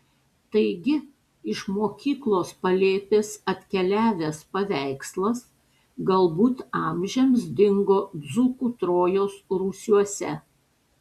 taigi iš mokyklos palėpės atkeliavęs paveikslas galbūt amžiams dingo dzūkų trojos rūsiuose